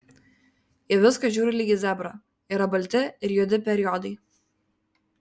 į viską žiūriu lyg į zebrą yra balti ir juodi periodai